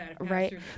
right